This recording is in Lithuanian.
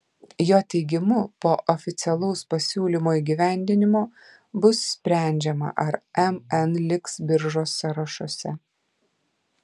jo teigimu po oficialaus pasiūlymo įgyvendinimo bus sprendžiama ar mn liks biržos sąrašuose